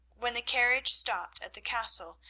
when the carriage stopped at the castle,